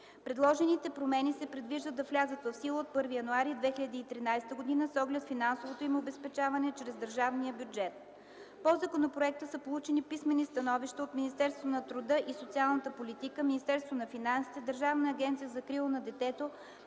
Предложените промени се предвижда да влязат в сила от 1 януари 2013 г. с оглед финансовото им обезпечаване чрез държавния бюджет. По законопроекта са получени писмени становища от Министерството на труда и социалната политика, Министерството на финансите, Държавна агенция за закрила на детето,